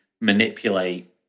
manipulate